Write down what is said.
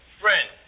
Friend